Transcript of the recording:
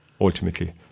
ultimately